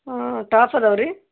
ಹಾಂ ಟಾಪ್ ಅದಾವ ರೀ